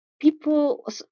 People